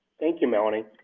thank you melanie.